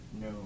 No